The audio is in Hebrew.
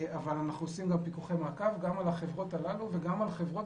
אבל אנחנו עושים גם פיקוחי מעקב על החברות הללו וגם על חברות